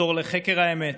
לחתור לחקר האמת,